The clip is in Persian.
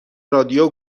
رادیو